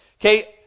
okay